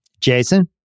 Jason